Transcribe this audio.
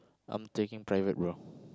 I'm taking private bro